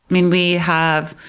mean, we have